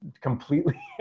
completely